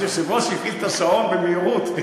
היושב-ראש הפעיל את השעון במהירות,